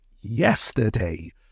yesterday